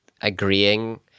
agreeing